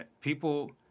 People